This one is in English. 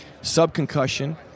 Subconcussion